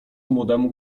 młodemu